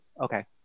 okay